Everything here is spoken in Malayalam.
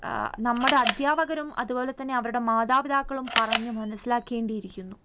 നമ്മുടെ അധ്യാപകരും അതുപോലെതന്നെ അവരുടെ മാതാപിതാക്കളും പറഞ്ഞു മനസ്സിലാക്കേണ്ടിയിരിക്കുന്നു